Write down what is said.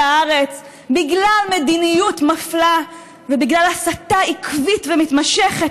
הארץ בגלל מדיניות מפלה ובגלל הסתה עקבית ומתמשכת,